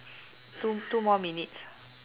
two two more minutes